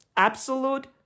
Absolute